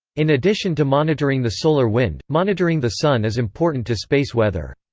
in addition to monitoring the solar wind, monitoring the sun is important to space weather.